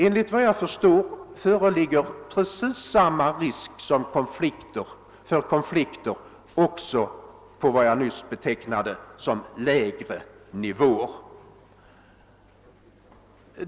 Enligt vad jag kan förstå föreligger risk för konflikter på varje nivå.